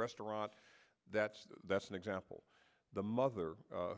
restaurant that that's an example the mother